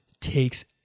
takes